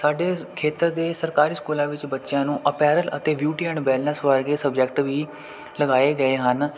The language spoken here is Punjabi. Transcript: ਸਾਡੇ ਖੇਤਰ ਦੇ ਸਰਕਾਰੀ ਸਕੂਲਾਂ ਵਿੱਚ ਬੱਚਿਆਂ ਨੂੰ ਅਪੈਰਲ ਅਤੇ ਬਿਊਟੀ ਐਂਡ ਵੈਲਨੈਸ ਵਰਗੇ ਸਬਜੈਕਟ ਵੀ ਲਗਾਏ ਗਏ ਹਨ